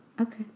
Okay